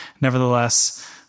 Nevertheless